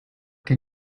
can